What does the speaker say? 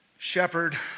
Shepherd